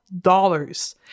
dollars